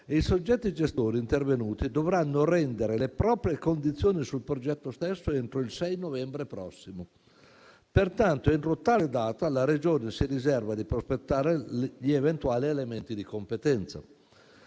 i soggetti gestori intervenuti dovranno rendere le proprie condizioni sul progetto stesso entro il 6 novembre prossimo. Pertanto, entro tale data la Regione si riserva di prospettare gli eventuali elementi di competenza.